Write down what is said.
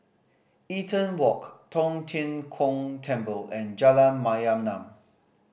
Eaton Walk Tong Tien Kung Temple and Jalan Mayaanam